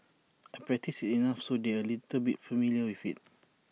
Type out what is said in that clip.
I practice enough so they're A little bit familiar with IT